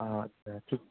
অঁ আচ্ছা ঠিক